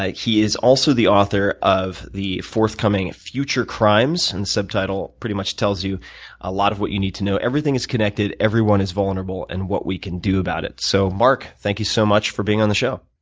like he is also the author of the fourth-coming future crimes, and the subtitle pretty much tells you a lot of what you need to know. everything is connected. everyone is vulnerable and what we can do about it. so marc, thank you so much for being on the show.